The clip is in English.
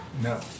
No